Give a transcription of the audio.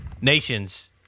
nations